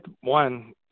one